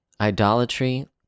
idolatry